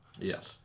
Yes